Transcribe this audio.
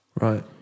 Right